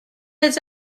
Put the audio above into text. êtes